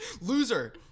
Loser